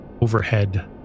overhead